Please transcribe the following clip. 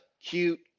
cute